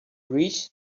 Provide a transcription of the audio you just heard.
rich